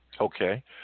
Okay